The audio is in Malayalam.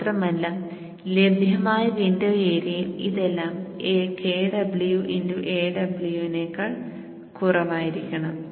മാത്രമല്ല ലഭ്യമായ വിൻഡോ ഏരിയയിൽ ഇതെല്ലാം Kw Aw നേക്കാൾ കുറവായിരിക്കണം